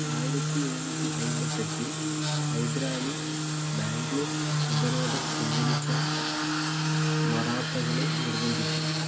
ആയിരത്തി എഴുന്നൂറ്റി അമ്പത്തെട്ടിൽ ഹൈദരാലി ബാംഗ്ലൂർ ഉപരോധം പിൻവലിക്കാൻ മറാത്തകളെ നിർബന്ധിച്ചു